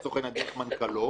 לצורך העניין דרך מנכ"לו,